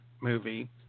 movie